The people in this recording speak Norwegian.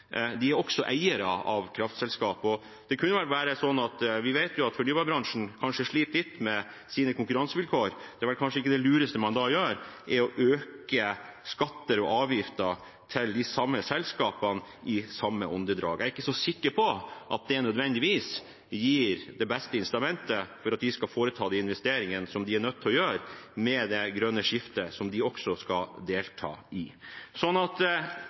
er eiere av kraftselskap. Når vi vet at fornybarbransjen sliter litt med sine konkurransevilkår, er kanskje ikke det lureste man da gjør, å øke skatter og avgifter for de samme selskapene i samme åndedrag. Jeg er ikke så sikker på at det nødvendigvis gir det beste incitamentet for at de skal foreta de investeringene som de er nødt til å gjøre med det grønne skiftet, som de også skal delta i.